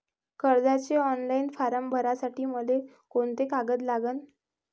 कर्जाचे online form भरासाठी मले कोंते कागद लागन?